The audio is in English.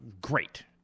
great